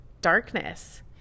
darkness